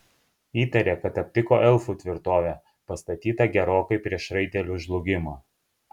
įtarė kad aptiko elfų tvirtovę pastatytą gerokai prieš raitelių žlugimą